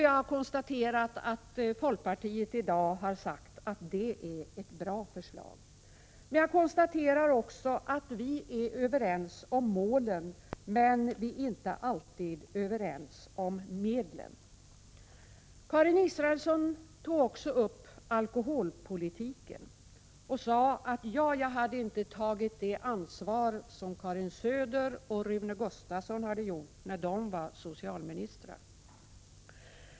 Jag har konstaterat att folkpartiet i dag har sagt att det är ett bra förslag. Jag konstaterar också att vi är överens om målen men vi är inte alltid överens om medlen. Karin Israelsson tog vidare upp alkoholpolitiken och sade att jag inte hade tagit det ansvar som Karin Söder och Rune Gustavsson hade tagit när de var socialministrar.